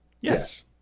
Yes